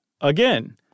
Again